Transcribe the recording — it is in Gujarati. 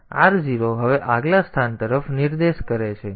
તેથી r0 હવે આગલા સ્થાન તરફ નિર્દેશ કરે છે